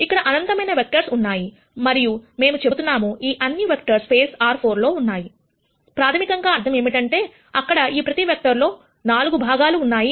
ఇక్కడ అనంతమైన వెక్టర్స్ ఉన్నాయి మరియు మేము చెబుతున్నాము ఈ అన్ని వెక్టర్స్ స్పేస్ R4 లో ఉన్నాయి ప్రాథమికంగా అర్థం ఏమిటంటే అక్కడ ఈ ప్రతి వెక్టర్ లో 4 భాగములు ఉన్నాయి